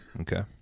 Okay